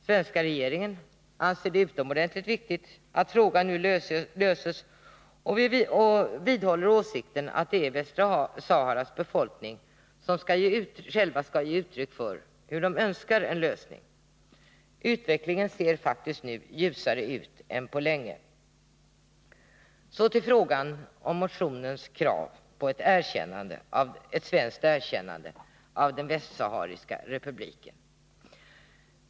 Sverige anser det vara utomordentligt viktigt att frågan löses och vidhåller åsikten att det är Västra Saharas befolkning som själv skall ge uttryck för hur man önskar en lösning. Utvecklingen ser faktiskt nu ljusare ut än på länge. Så till frågan om motionens krav på svenskt erkännande av den västsahariska republiken.